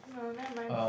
no never mind